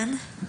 כן.